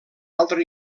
altra